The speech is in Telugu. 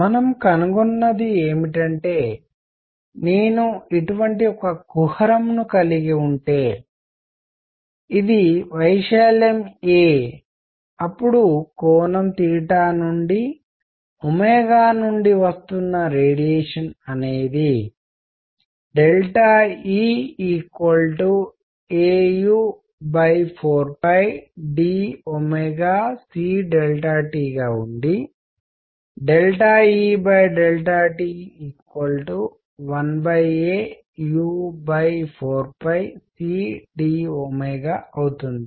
మనము కనుగొన్నది ఏమిటంటే నేను ఇటువంటి ఒక కుహరం ను కలిగి ఉంటే ఇది వైశాల్యం a అప్పుడు కోణం నుండి నుండి వస్తున్న రేడియేషన్ అనేది E au4dct గా ఉండి Et1a u4 c d అవుతుంది